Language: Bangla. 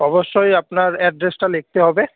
অবশ্যই আপনার অ্যাড্রেসটা লিখতে হবে